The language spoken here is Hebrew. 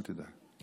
אל תדאג.